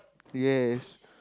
yes